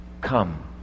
come